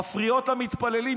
מפריעות למתפללים,